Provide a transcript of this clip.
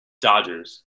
Dodgers